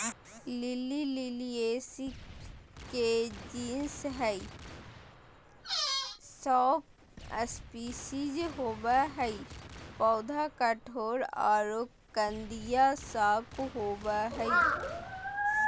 lily Liliaceae के genus हई, सौ स्पिशीज होवअ हई, पौधा कठोर आरो कंदिया शाक होवअ हई